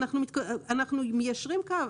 אנחנו מיישרים קו.